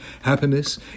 Happiness